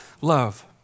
love